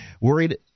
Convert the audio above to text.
worried